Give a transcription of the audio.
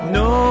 no